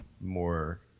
more